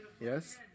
Yes